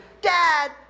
dad